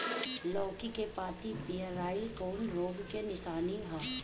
लौकी के पत्ति पियराईल कौन रोग के निशानि ह?